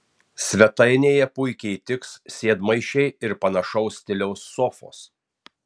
svetainėje puikiai tiks sėdmaišiai ir panašaus stiliaus sofos